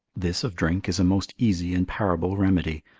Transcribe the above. this of drink is a most easy and parable remedy,